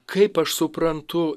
kaip aš suprantu